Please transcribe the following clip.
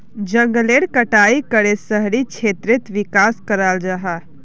जनगलेर कटाई करे शहरी क्षेत्रेर विकास कराल जाहा